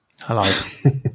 Hello